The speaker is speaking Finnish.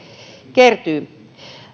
kertyy